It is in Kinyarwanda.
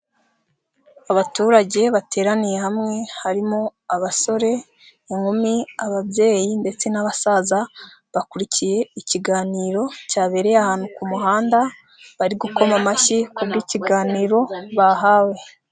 Abaturage bateraniye hamwe harimo abasore, inkumi, ababyeyi ndetse n'abasaza bakurikiye ikiganiro cyabereye ahantu ku muhanda bari gukoma amashyi kubw'ikiganiro bahawe.